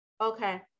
okay